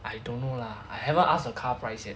I don't know lah I haven't ask the car prices